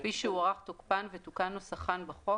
כפי שהוארך תוקפן ותוקן נוסחן בחוק,